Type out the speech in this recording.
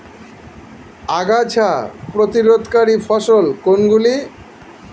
আগাছা প্রতিরোধকারী ফসল কোনগুলি?